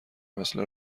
مثل